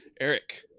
Eric